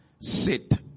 sit